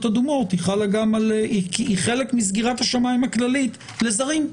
אדומות אלא היא חלק מסגירת השמיים הכללית לזרים.